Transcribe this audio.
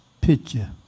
picture